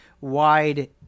wide